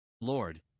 Lord